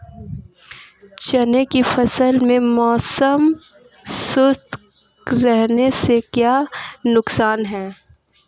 चने की फसल में मौसम शुष्क रहने से क्या नुकसान है?